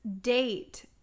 date